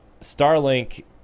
starlink